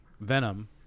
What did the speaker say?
Venom